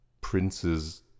Prince's